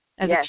yes